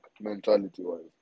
mentality-wise